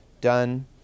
done